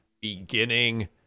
beginning